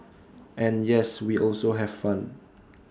and yes we also have fun